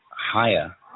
higher